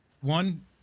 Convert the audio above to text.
one